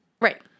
Right